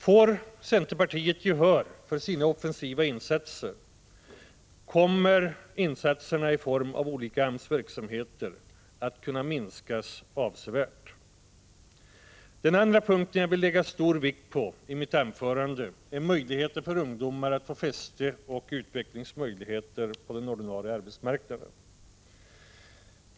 Får centerpartiet gehör för sina offensiva åtgärder kommer insatserna i form av olika AMS-verksamheter att kunna minskas avsevärt. Den andra punkt jag vill lägga stor vikt vid i mitt anförande är möjligheterna för ungdomar att få fäste och utvecklingsmöjligheter på den ordinarie arbetsmarknaden.